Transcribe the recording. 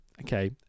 okay